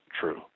true